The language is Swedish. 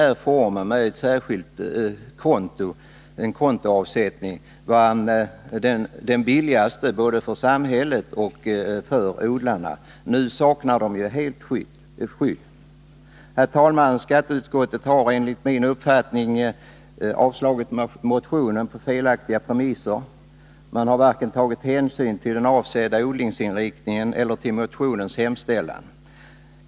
Lösningen med en särskild kontoavsättning skulle vara den billigaste formen både för samhället och för odlarna, vilka nu helt saknar skydd. Herr talman! Skatteutskottet har enligt min uppfattning avstyrkt motionen på felaktiga premisser. Utskottet har varken tagit hänsyn till den avsedda odlingsinriktningen eller motionens hemställan.